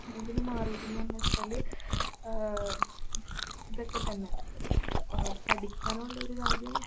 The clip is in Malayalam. ഇതിന് മാറിയത് എന്ന് പറഞ്ഞത് വെച്ചാൽ ഇതൊക്കെ തന്നെ പഠിക്കാനുള്ളൊരു കാര്യം